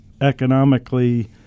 economically